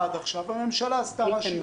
הערות: ראשית,